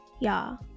Y'all